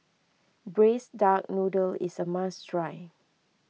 Braised Duck Noodle is a must try